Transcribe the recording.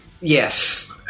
yes